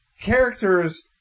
characters